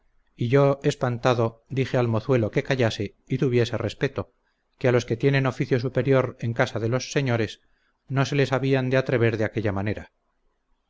y yo espantado dije al mozuelo que callase y tuviese respeto que a los que tienen oficio superior en casa de los señores no se les habían de atrever de aquella manera